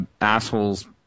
assholes